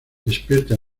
despierta